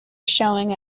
showing